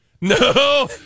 no